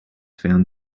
found